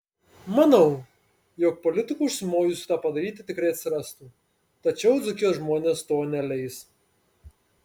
manau jog politikų užsimojusių tą padaryti tikrai atsirastų tačiau dzūkijos žmonės to neleis